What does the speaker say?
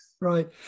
Right